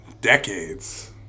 decades